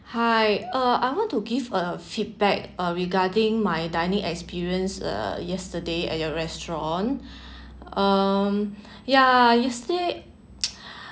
hi uh I want to give a feedback uh regarding my dining experience uh yesterday at your restaurant um ya yesterday